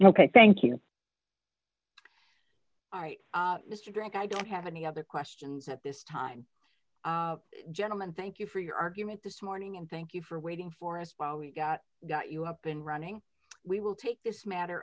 ok thank you all right mr grech i don't have any other questions at this time gentlemen thank you for your argument this morning and thank you for waiting for us while we got got you up and running we will take this matter